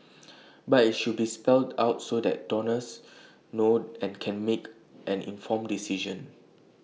but IT should be spelled out so that donors know and can make an informed decision